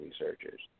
researchers